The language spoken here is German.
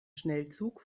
schnellzug